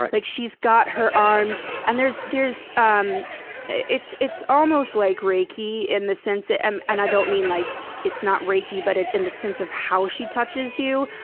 like, she's got her arms and there's there's um it's it's almost like reiki in the sense that and and i don't mean, like it's not reiki, but it's in the sense of how she touches you,